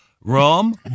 rum